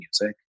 music